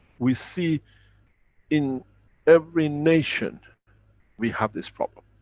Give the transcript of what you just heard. we see in every nation we have this problem.